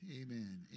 Amen